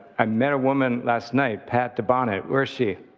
i met a woman last night, pat debonnett. where's she?